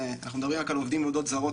אנחנו מדברים על עובדים ועובדות זרות,